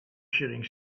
shooting